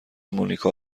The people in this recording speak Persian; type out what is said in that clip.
مونیکا